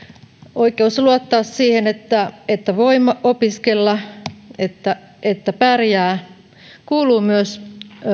oikeus luottaa siihen että että voimme opiskella että että pärjää kuuluu myös